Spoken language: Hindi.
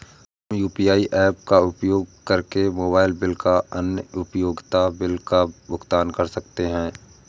हम यू.पी.आई ऐप्स का उपयोग करके मोबाइल बिल और अन्य उपयोगिता बिलों का भुगतान कर सकते हैं